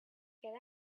get